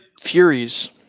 Furies